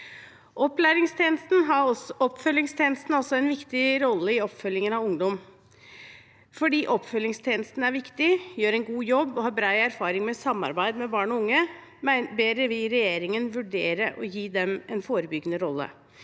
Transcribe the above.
Oppfølgingstjenesten har også en viktig rolle i oppfølgingen av ungdom. Fordi oppfølgingstjenesten er viktig, gjør en god jobb og har bred erfaring med samarbeid med barn og unge, ber vi regjeringen vurdere å gi dem en forebyggende rolle.